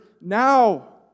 Now